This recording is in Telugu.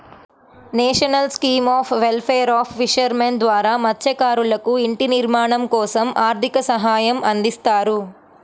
national scheme of welfare of fishermen ద్వారా మత్స్యకారులకు ఇంటి నిర్మాణం కోసం ఆర్థిక సహాయం అందిస్తారు